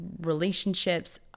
relationships